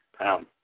pound